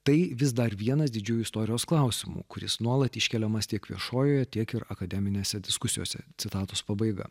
tai vis dar vienas didžiųjų istorijos klausimų kuris nuolat iškeliamas tiek viešojoje tiek ir akademinėse diskusijose citatos pabaiga